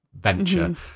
venture